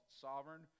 sovereign